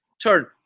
turn